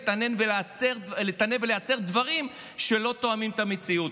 לטנף ולייצר דברים שלא תואמים את המציאות.